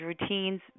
routines